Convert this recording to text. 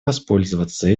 воспользоваться